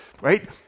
right